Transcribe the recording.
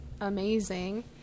amazing